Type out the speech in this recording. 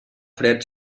fred